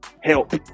help